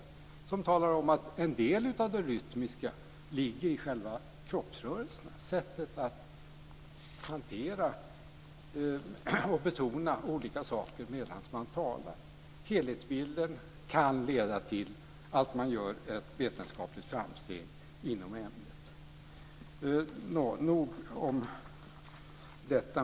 De kan tala om att en del av det rytmiska ligger i själva kroppsrörelserna, sättet att hantera och betona olika saker medan man talar. Helhetsbilden kan leda till ett vetenskapligt framsteg inom ämnet. Nog om detta.